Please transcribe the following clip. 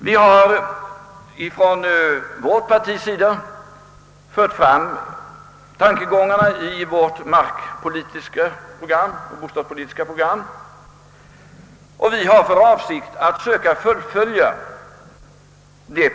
Vi har från vårt partis sida fört fram tankegångarna i vårt markoch bostadspolitiska program, och vi har för avsikt att söka fullfölja detta.